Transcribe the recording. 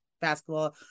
basketball